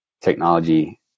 technology